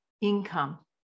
income